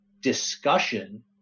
discussion